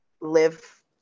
live